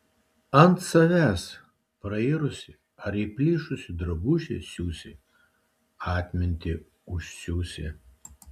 ant savęs prairusį ar įplyšusį drabužį siūsi atmintį užsiūsi